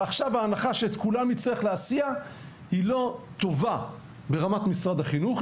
וההנחה שנצטרך להסיע את כולם היא לא טובה ברמת משרד החינוך,